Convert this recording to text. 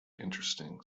interesting